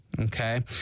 Okay